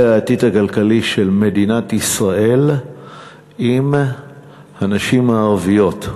העתיד הכלכלי של מדינת ישראל אם הנשים הערביות,